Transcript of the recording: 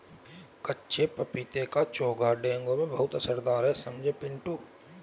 कच्चे पपीते का चोखा डेंगू में बहुत असरदार है समझे पिंटू